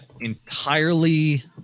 entirely